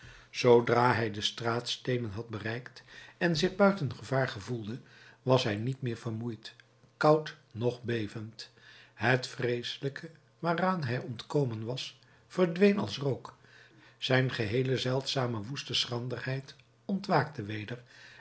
zoodra hij de straatsteenen had bereikt en zich buiten gevaar gevoelde was hij niet meer vermoeid koud noch bevend het vreeselijke waaraan hij ontkomen was verdween als rook zijn geheele zeldzame woeste schranderheid ontwaakte weder